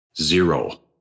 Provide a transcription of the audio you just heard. Zero